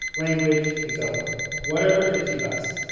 language, and so forth, whatever fits you best.